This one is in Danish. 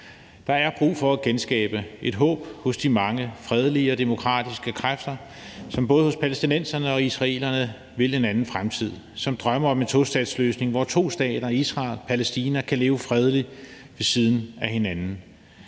Der er brug for at genskabe et håb hos de mange fredelige og demokratiske kræfter, som både hos palæstinenserne og israelerne vil en anden fremtid, og som drømmer om en tostatsløsning, hvor to stater, Israel og Palæstina, kan leve fredeligt ved siden af en anden